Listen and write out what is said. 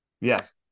Yes